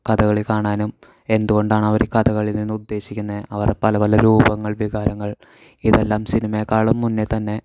കഥകളി കാണാനും എന്തുകൊണ്ടാണ് അവർ കഥകളിയിൽനിന്ന് ഉദ്ദേശ്ശിക്കുന്നത് അവർ പലപല രൂപങ്ങൾ വികാരങ്ങൾ ഇതെല്ലാം സിനിമയേക്കാളും മുന്നേതന്നെ